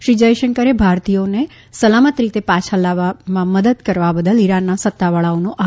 શ્રી જયશંકરે ભારતીયોને સલામત રીતે પાછા લાવવામાં મદદ કરવા બદલ ઈરાનના સત્તાવાળાઓનો આભાર માન્યો છે